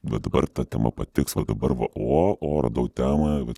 bet dabar ta tema patiks vat dabar o o radau temą vat ši